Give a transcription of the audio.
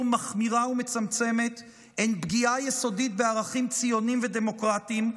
מחמירה ומצמצמת הן פגיעה יסודית בערכים ציוניים ודמוקרטיים,